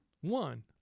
One